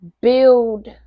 build